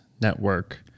Network